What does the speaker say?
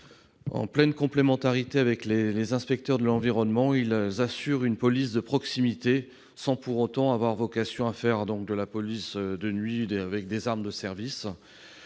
En pleine complémentarité avec les inspecteurs de l'environnement, ils assurent une police de proximité, sans avoir pour autant vocation à assurer une police de nuit avec des armes de service.